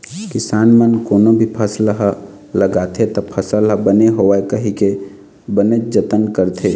किसान मन कोनो भी फसल ह लगाथे त फसल ह बने होवय कहिके बनेच जतन करथे